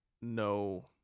no